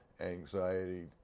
anxiety